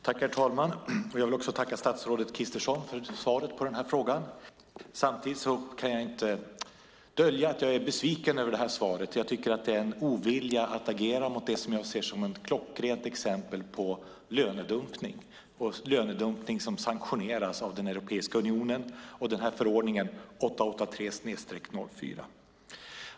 Herr talman! Jag vill tacka statsrådet Kristersson för svaret på den här interpellationen. Samtidigt kan jag inte dölja att jag är besviken över svaret. Jag tycker att man visar en ovilja att agera mot det som jag ser som ett klockrent exempel på lönedumpning, som sanktioneras av Europeiska unionen och förordningen 883/2004.